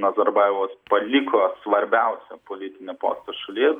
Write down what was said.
nazarbajevas paliko svarbiausią politinį postą šalyje